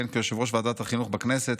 כיהן כיושב-ראש ועדת החינוך בכנסת,